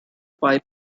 pie